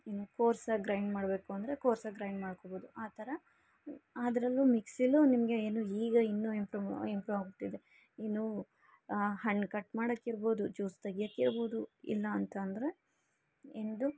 ಇನ್ನು ಕೋರ್ಸಾಗಿ ಗ್ರೈಂಡ್ ಮಾಡಬೇಕು ಅಂದರೆ ಕೋರ್ಸಾಗಿ ಗ್ರೈಂಡ್ ಮಾಡಿಕೊಬೋದು ಆ ಥರ ಅದರಲ್ಲೂ ಮಿಕ್ಸಿಲೂ ನಿಮಗೆ ಏನು ಈಗ ಇನ್ನು ಇಂಪ್ರೂ ಇಂಪ್ರು ಅಗಿಬಿಟ್ಟಿದೆ ಇನ್ನೂ ಹಣ್ಣು ಕಟ್ ಮಾಡೋಕ್ಕಿರ್ಬೊದು ಜ್ಯೂಸ್ ತೆಗಿಯೋಕ್ಕಿರ್ಬೊದು ಇಲ್ಲಾಂತಂದರೆ ಇಂದು